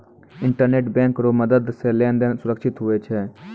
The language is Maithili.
इंटरनेट बैंक रो मदद से लेन देन सुरक्षित हुवै छै